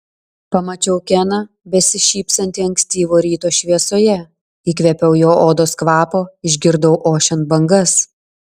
pamačiau keną besišypsantį ankstyvo ryto šviesoje įkvėpiau jo odos kvapo išgirdau ošiant bangas